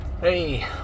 hey